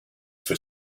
for